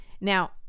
now